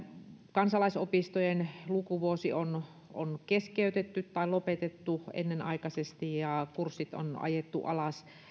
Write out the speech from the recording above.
kansalaisopistojen lukuvuosi on on keskeytetty tai lopetettu ennenaikaisesti ja kurssit on ajettu alas